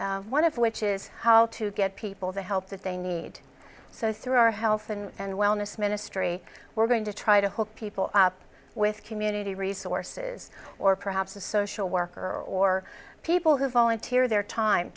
one of which is how to get people the help that they need so through our health and wellness ministry we're going to try to hold people up with community resources or perhaps a social worker or people who volunteer their time